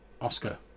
oscar